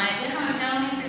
גם אני אגיד לכם יותר מזה: